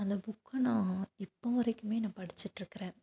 அந்த புக்கை நான் இப்போ வரைக்குமே நான் படிச்சுட்ருக்குறேன்